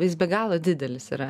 jis be galo didelis yra